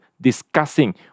discussing